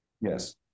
yes